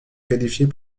qualifiés